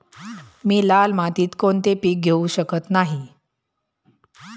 मी लाल मातीत कोणते पीक घेवू शकत नाही?